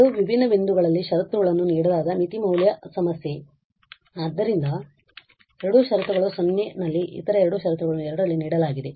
ಎರಡು ವಿಭಿನ್ನ ಬಿಂದುಗಳಲ್ಲಿ ಷರತ್ತುಗಳನ್ನು ನೀಡಲಾದ ಮಿತಿ ಮೌಲ್ಯ ಮೌಲ್ಯ ಸಮಸ್ಯೆ ಆದ್ದರಿಂದ ಎರಡು ಷರತ್ತುಗಳನ್ನು 0 ನಲ್ಲಿ ಇತರ ಎರಡು ಷರತ್ತುಗಳನ್ನು 2 ರಲ್ಲಿ ನೀಡಲಾಗಿದೆ